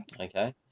Okay